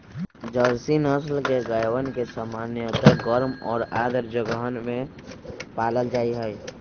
Jersey नस्ल के गायवन के सामान्यतः गर्म और आर्द्र जगहवन में पाल्ल जाहई